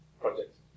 project